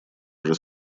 уже